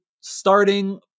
starting